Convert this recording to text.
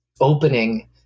opening